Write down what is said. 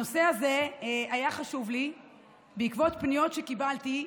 הנושא הזה היה חשוב לי בעקבות פניות שקיבלתי,